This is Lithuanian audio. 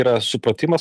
yra supratimas